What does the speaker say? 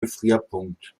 gefrierpunkt